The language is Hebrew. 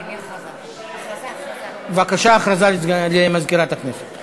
בבקשה, הודעה למזכירת הכנסת.